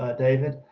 ah david,